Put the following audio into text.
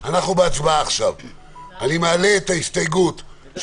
מי בעד ההסתייגות של